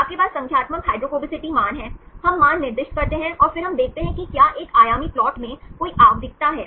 आपके पास संख्यात्मक हाइड्रोफोबिसिटी मान हैं हम मान निर्दिष्ट करते हैं और फिर हम देखते हैं कि क्या एक आयामी प्लॉट में कोई आवधिकता है